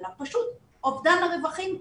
אלא פשוט אובדן הרווחים,